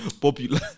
popular